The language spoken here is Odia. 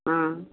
ହଁ